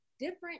different